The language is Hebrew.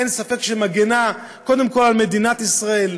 אין ספק שהיא מגינה קודם כול על מדינת ישראל,